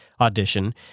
Audition